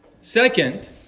Second